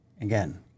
again